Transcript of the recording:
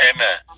Amen